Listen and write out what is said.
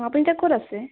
আপুনি এতিয়া ক'ত আছে